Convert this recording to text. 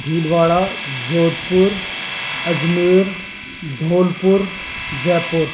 Bhilwara Jodhpur Ajmer Dholpur Jaipur